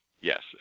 Yes